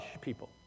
people